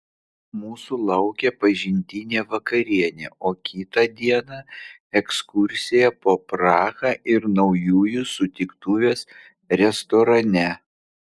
mūsų laukė pažintinė vakarienė o kitą dieną ekskursija po prahą ir naujųjų sutiktuvės restorane